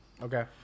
okay